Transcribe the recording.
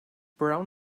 brown